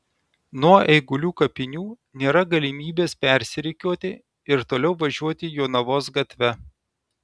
nuo eigulių kapinių nėra galimybės persirikiuoti ir toliau važiuoti jonavos gatve